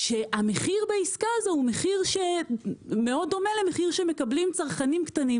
כשהמחיר בעסקה הוא מחיר שמאוד דומה למחיר שמקבלים צרכנים קטנים